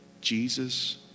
Jesus